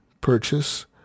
purchase